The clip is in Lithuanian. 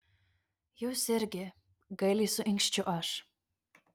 jūs irgi gailiai suinkščiu aš